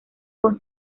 con